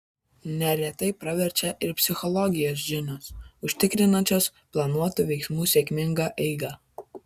neretai praverčia ir psichologijos žinios užtikrinančios planuotų veiksmų sėkmingą eigą